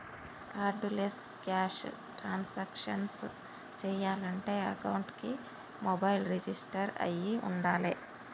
cardless cash transactions చెయ్యాలంటే అకౌంట్కి mobile register అయ్యి వుండాలే